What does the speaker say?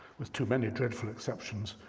with too many dreadful exceptions,